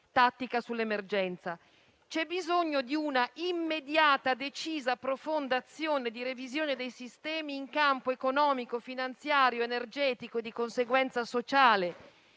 tattica sull'emergenza. C'è bisogno di un'immediata, decisa e profonda azione di revisione dei sistemi in campo economico, finanziario, energetico e di conseguenza sociale.